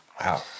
Wow